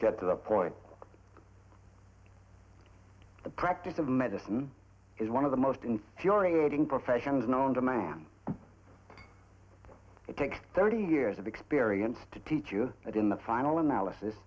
get to the point the practice of medicine is one of the most infuriating professions known to man it takes thirty years of experience to teach you that in the final analysis